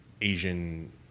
Asian